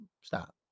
Stop